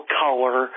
color